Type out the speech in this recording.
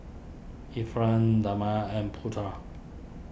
Irfan Damia and Putra